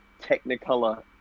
Technicolor